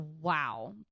wow